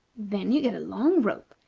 then you get a long rope,